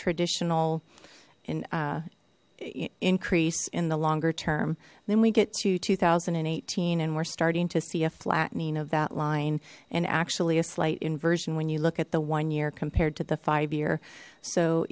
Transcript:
traditional and increase in the longer term then we get to two thousand and eighteen and we're starting to see a flattening of that line and actually a slight inversion when you look at the one year compared to the five year so